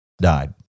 died